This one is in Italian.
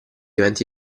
eventi